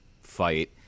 fight